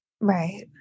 Right